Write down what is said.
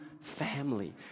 family